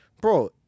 bro